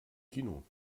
kino